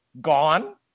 gone